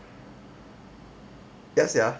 ya sia